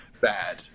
bad